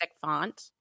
font